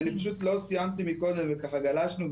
אני לא סיימתי קודם וככה גלשנו,